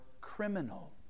criminal